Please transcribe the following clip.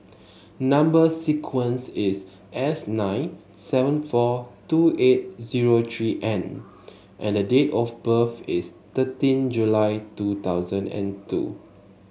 number sequence is S nine seven four two eight zero three N and date of birth is thirteen July two thousand and two